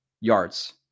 Yards